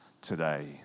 today